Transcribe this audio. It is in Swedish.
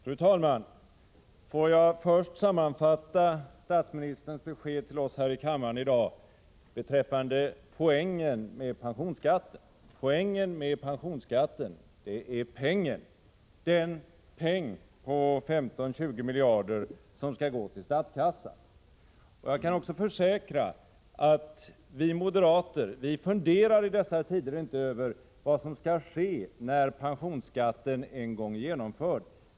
Fru talman! Får jag först sammanfatta statsministerns besked till oss här i kammaren i dag beträffande poängen med pensionsskatten. Poängen med den är pengen, den peng på 15-20 miljarder kronor som skall gå till statskassan. Jag kan försäkra att vi moderater i dessa tider inte funderar över vad som skall ske när pensionsskatten en gång är genomförd.